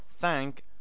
thank